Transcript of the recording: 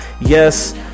yes